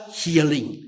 healing